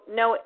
no